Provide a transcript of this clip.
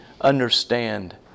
understand